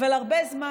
אבל הרבה זמן,